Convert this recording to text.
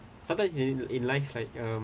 sometimes you need in life like um